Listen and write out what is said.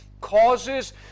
causes